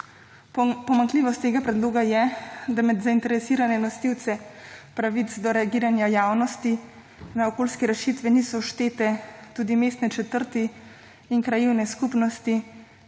Pomanjkljivost tega predloga je, da med zainteresirane nosilce pravic do reagiranja javnosti na okoljske rešitve niso štete tudi mestne četrti in krajevne skupnosti,